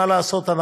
מה לעשות,